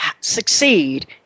succeed